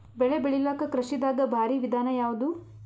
ಬೆಳೆ ಬೆಳಿಲಾಕ ಕೃಷಿ ದಾಗ ಭಾರಿ ವಿಧಾನ ಯಾವುದು?